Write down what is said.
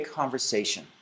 conversation